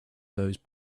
those